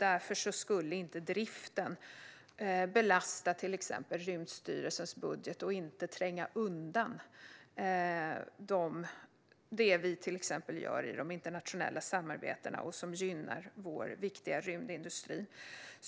Därför skulle inte driften belasta till exempel Rymdstyrelsens budget och inte tränga undan det vi gör bland annat i de internationella samarbetena och som gynnar vår viktiga rymdindustri.